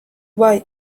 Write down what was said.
bai